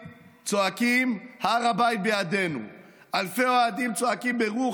צועקים "הר הבית בידינו"; אלפי אוהדים צועקים "ברוח,